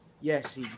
Yes